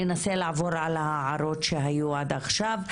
ננסה לעבור על ההערות שהיו עד עכשיו,